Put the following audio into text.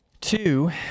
Two